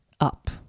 up